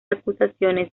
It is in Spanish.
acusaciones